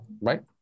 right